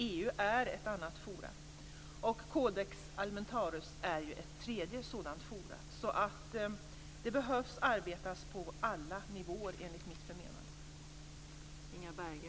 EU är ett annat forum, och Codex Alimentarius är ju ett tredje sådant forum. Det behövs arbetas på alla nivåer, enligt mitt förmenande.